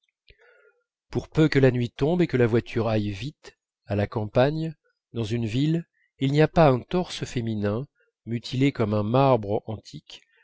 pour peu que la nuit tombe et que la voiture aille vite à la campagne dans une ville il n'y a pas un torse féminin mutilé comme un marbre antique